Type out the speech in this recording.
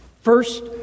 First